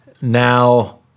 Now